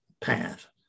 path